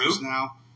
now